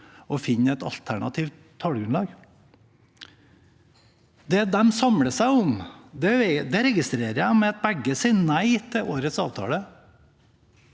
og finne et alternativt tallgrunnlag? Det de samler seg om, registrerer jeg er at begge sier nei til årets avtale.